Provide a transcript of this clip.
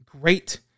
great